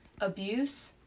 abuse